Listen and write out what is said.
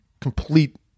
Complete